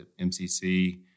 MCC